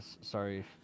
sorry